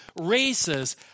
races